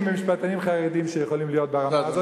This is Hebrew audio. ומשפטנים חרדים שיכולים להיות ברמה הזאת,